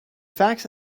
facts